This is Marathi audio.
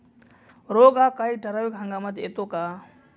रोग हा काही ठराविक हंगामात येतो का?